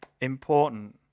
important